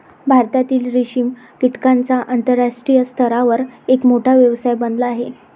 भारतातील रेशीम कीटकांचा आंतरराष्ट्रीय स्तरावर एक मोठा व्यवसाय बनला आहे